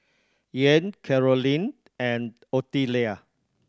Ian Carolynn and Ottilia